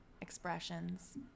expressions